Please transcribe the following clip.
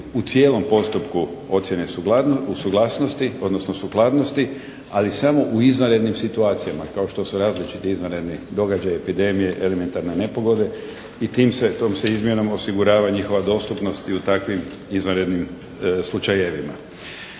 u cijelom postupku ocjene suglasnosti, odnosno sukladnosti, ali samo u izvanrednim situacijama kao što su različiti izvanredni događaji, epidemije, elementarne nepogode i tim se, tom se izmjenom osigurava njihova dostupnost i u takvim izvanrednim slučajevima.